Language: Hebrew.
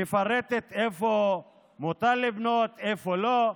מפרטת איפה מותר לבנות, איפה לא,